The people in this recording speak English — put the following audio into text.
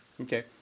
Okay